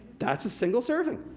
that's a single serving,